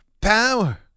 power